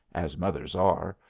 as mothers are,